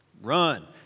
Run